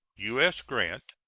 u s. grant.